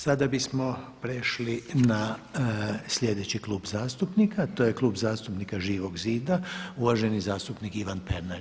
Sada bismo prešli na sljedeći klub zastupnika, to je Klub zastupnika Živog zida uvaženi zastupnik Ivan Pernar.